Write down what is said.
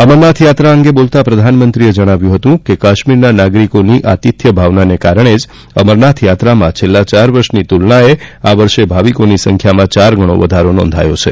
અમરનાથ યાત્રા અંગે બોલતાં પ્રધાનમંત્રીએ જણાવ્યું હતું કે કાશ્મીરના નાગરીકોની આતિથ્ય ભાવનાને કારણે જ અમરનાથ યાત્રામાં છેલ્લા ચાર વર્ષની તુલનાએ આ વર્ષે ભાવિકોની સંખ્યામાં ચાર ગણો વધારો નોંધાયો છે